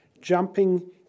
jumping